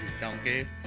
donkey